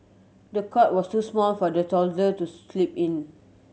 the cot was too small for the toddler to sleep in